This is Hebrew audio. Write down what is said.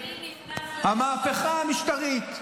המהפכה המשטרית.